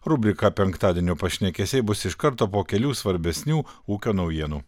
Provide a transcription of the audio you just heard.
rubrika penktadienio pašnekesiai bus iš karto po kelių svarbesnių ūkio naujienų